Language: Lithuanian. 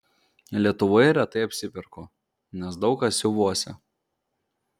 lietuvoje retai apsiperku nes daug ką siuvuosi